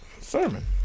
Sermon